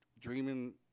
dreaming